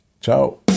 Ciao